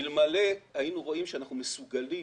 אלמלא היינו רואים שאנחנו מסוגלים